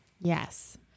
Yes